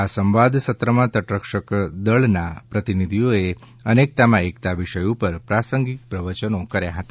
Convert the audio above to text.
આ સંવાદ સત્રમાં તટરક્ષકદળના પ્રતિનિધિઓએ અનેકતામાં એકતા વિષય ઉપર પ્રાસંગિક પ્રવચનો કર્યા હતા